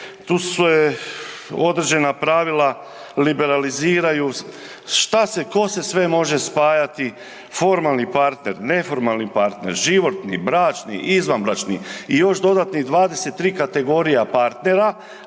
tu se određena pravila liberaliziraju, šta se, tko se sve može spajati, formalni partner, neformalni partner, životni, bračni, izvanbračni i još dodatnih 23 kategorija partnera,